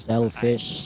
Selfish